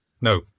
no